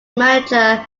manager